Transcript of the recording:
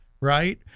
right